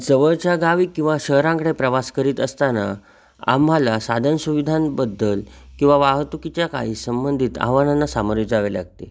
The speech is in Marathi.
जवळच्या गावी किंवा शहरांकडे प्रवास करीत असताना आम्हाला साधनसुविधांबद्दल किंवा वाहतुकीच्या काही संबंधित आव्हानांना सामोरे जावे लागते